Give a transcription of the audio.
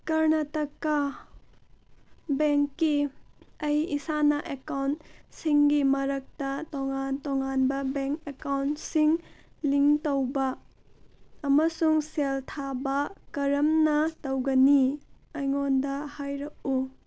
ꯀꯔꯅꯇꯀꯥ ꯕꯦꯡꯀꯤ ꯑꯩ ꯏꯁꯥꯅ ꯑꯦꯀꯥꯎꯟꯁꯤꯡꯒꯤ ꯃꯔꯛꯇ ꯇꯣꯉꯥꯟ ꯇꯣꯉꯥꯟꯕ ꯕꯦꯡ ꯑꯦꯀꯥꯎꯟꯁꯤꯡ ꯂꯤꯡ ꯇꯧꯕ ꯑꯃꯁꯨꯡ ꯁꯦꯜ ꯊꯥꯕ ꯀꯔꯝꯅ ꯇꯧꯒꯅꯤ ꯑꯩꯉꯣꯟꯗ ꯍꯥꯏꯔꯛꯎ